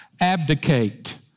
abdicate